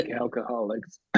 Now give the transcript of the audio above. alcoholics